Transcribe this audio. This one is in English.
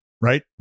right